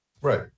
Right